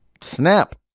snap